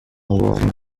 warm